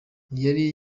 yari